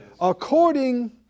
According